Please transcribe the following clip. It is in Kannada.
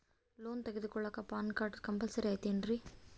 ಲೋನ್ ತೊಗೊಳ್ಳಾಕ ಪ್ಯಾನ್ ಕಾರ್ಡ್ ಕಂಪಲ್ಸರಿ ಐಯ್ತೇನ್ರಿ?